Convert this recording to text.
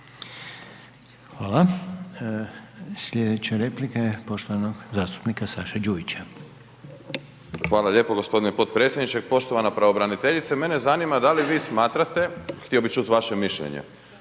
Hvala. Sljedeća replika je poštovanog zastupnika Saše Đujića. **Đujić, Saša (SDP)** Hvala lijepo g. potpredsjedniče. Poštovana pravobraniteljice. Mene zanima da li vi smatrate, htio bih čuti vaše mišljenje,